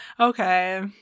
Okay